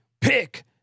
Pick